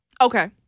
Okay